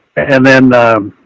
and then,